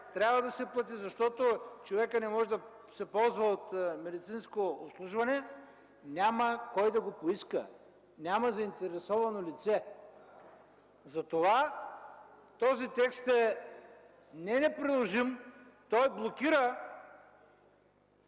трябва да се плати, защото човекът не може да се ползва от медицинско обслужване”, няма кой да го поиска, няма заинтересовано лице. Затова този текст не е неприложим, той блокира